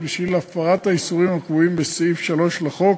בשל הפרת האיסורים הקבועים בסעיף 3 לחוק,